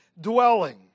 dwelling